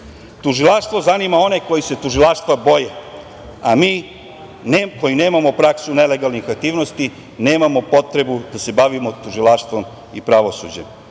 Tužilaštvo zanima one koji se tužilaštva boje, a mi koji nemamo praksu nelegalnih aktivnosti, nemamo potrebu da se bavimo tužilaštvom i pravosuđem. Još